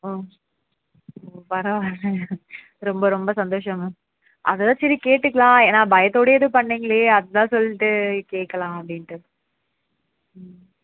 ஓ பரவாயில்ல மேம் ரொம்ப ரொம்ப சந்தோஷம் மேம் அதை தான் சரி கேட்டுக்கலாம் ஏன்னால் பயத்தோடேயே ஏதோ பண்ணிங்களே அதுதான் சொல்லிட்டு கேட்குலாம் அப்படின்ட்டு ம்